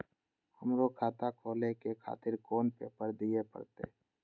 हमरो खाता खोले के खातिर कोन पेपर दीये परतें?